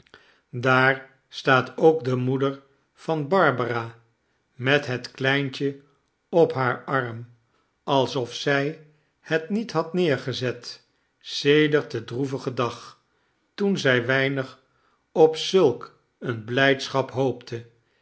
daar staat ook de moeder van barbara met het kleintje op haar arm alsof zij het niet had neergezet sedert den droevigen dag toen zij weinig op zulk eene blijdschap hoopte